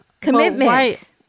Commitment